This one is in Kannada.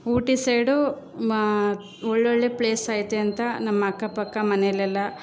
ಊಟಿ ಸೈಡು ಒಳ್ಳೊಳ್ಳೆ ಪ್ಲೇಸ್ ಐತೆ ಅಂತ ನಮ್ಮ ಅಕ್ಕಪಕ್ಕ ಮನೆಯಲ್ಲೆಲ್ಲ